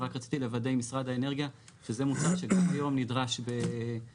רק רציתי לוודא עם משרד האנרגיה שזה מוצר שגם כיום נדרש באישור